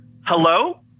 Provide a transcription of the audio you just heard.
Hello